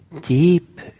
deep